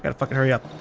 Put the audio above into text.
and fucking hurry up.